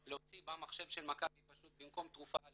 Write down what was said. להוציא במחשב של מכבי פשוט במקום תרופה א',